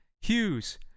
Hughes